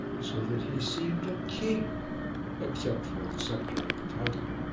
so that he seemed a king except for the sceptre and the title.